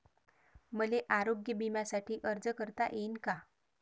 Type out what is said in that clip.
मले आरोग्य बिम्यासाठी अर्ज करता येईन का?